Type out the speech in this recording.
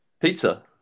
Pizza